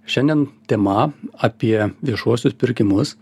šiandien tema apie viešuosius pirkimus